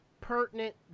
Pertinent